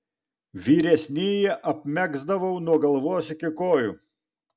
vyresnįjį apmegzdavau nuo galvos iki kojų